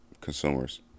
consumers